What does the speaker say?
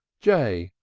j!